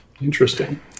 Interesting